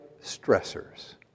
stressors